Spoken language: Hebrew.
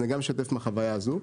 אז אני גם אשתף מהחוויה הזו.